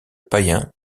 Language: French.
païen